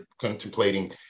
contemplating